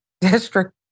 District